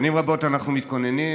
שנים רבות אנחנו מתכוננים,